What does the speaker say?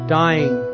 dying